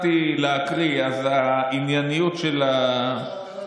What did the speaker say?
תכננתי להקריא, אז הענייניות של, לא צריך.